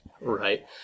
right